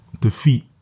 defeat